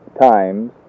times